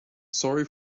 sorry